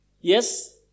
Yes